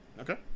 okay